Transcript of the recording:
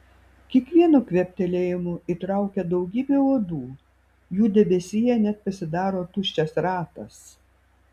kiekvienu kvėptelėjimu įtraukia daugybę uodų jų debesyje net pasidaro tuščias ratas